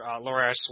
Laura